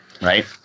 Right